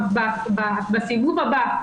בסיבוב הבא,